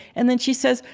and then she says,